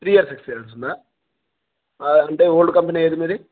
three year six years ఉందా అంటే old company ఏది మీది